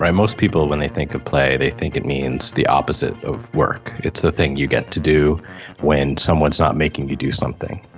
most people when they think of play they think it means the opposite of work, it's the thing you get to do when someone is not making you do something.